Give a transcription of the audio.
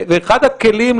אחד הכלים,